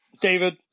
David